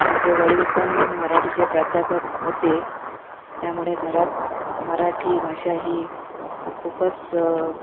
माझे वडीलपण मराठीचे प्राध्यापक होते त्यामुळे घरात मराठी भाषा ही खूपच